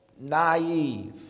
naive